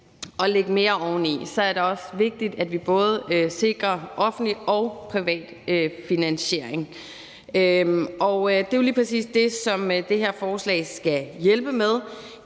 og lægge mere oveni, er det også vigtigt, at vi både sikrer offentlig og privat finansiering. Det er jo lige præcis det, som det her forslag skal hjælpe med,